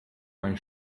mijn